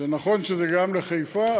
נכון שזה גם לחיפה,